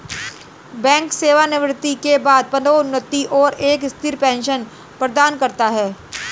bank सेवानिवृत्ति के बाद पदोन्नति और एक स्थिर पेंशन प्रदान करता है